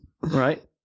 right